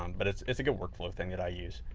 um but it's it's a good workflow thing that i use.